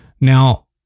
Now